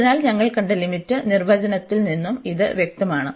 അതിനാൽ ഞങ്ങൾ കണ്ട ലിമിറ്റ് നിർവചനത്തിൽ നിന്നും ഇത് വ്യക്തമാണ്